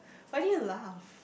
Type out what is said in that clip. why did you laugh